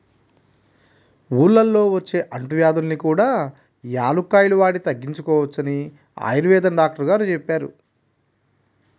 ఊళ్ళల్లో వచ్చే అంటువ్యాధుల్ని కూడా యాలుక్కాయాలు వాడి తగ్గించుకోవచ్చని ఆయుర్వేదం డాక్టరు గారు చెప్పారు